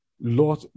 Lord